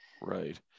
Right